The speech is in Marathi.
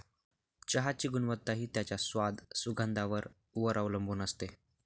चहाची गुणवत्ता हि त्याच्या स्वाद, सुगंधावर वर अवलंबुन असते